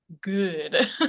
good